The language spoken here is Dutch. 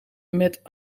met